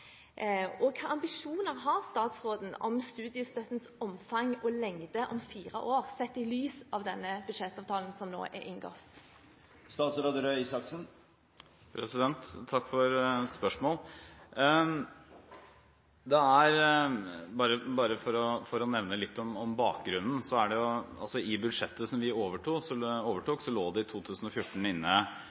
og hvilke ambisjoner har statsråden om studiestøttens omfang og lengde om fire år – sett i lys av denne budsjettavtalen som nå er inngått? Takk for spørsmålet. Jeg vil bare nevne litt om bakgrunnen. I budsjettet som vi overtok, lå det for 2014 inne null kr ekstra til studiestøtte ved siden av prisøkning, og det har i